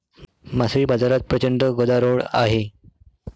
मासळी बाजारात प्रचंड गदारोळ आहे